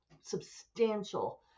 substantial